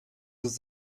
los